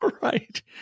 Right